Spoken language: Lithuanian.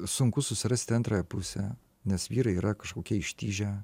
sunku susirasti antrąją pusę nes vyrai yra kažkokie ištižę